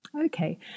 Okay